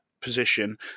position